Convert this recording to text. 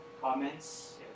Comments